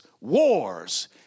wars